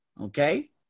okay